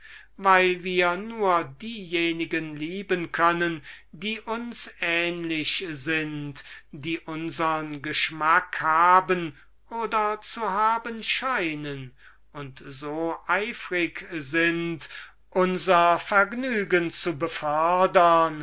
weil wir nur diejenigen lieben können die uns ähnlich sind die unsern geschmack haben oder zu haben scheinen und so eifrig sind unser vergnügen zu befördern